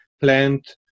plant